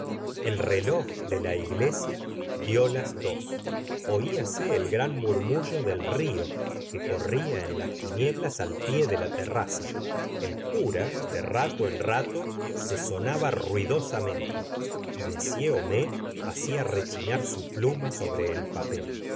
el reloj de la iglesia dió las dos oíase el gran murmullo del río que corría en las tinieblas al pie de la terraza el cura de rato en rato se sonaba ruidosamente y m homais hacía rechinar su pluma sobre el papel